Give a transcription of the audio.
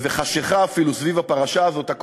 וחשכה אפילו, סביב הפרשה הזאת.